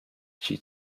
she